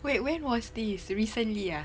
wait when was this recently ah